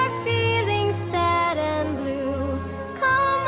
feeling sad and blue call